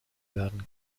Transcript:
werden